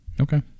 Okay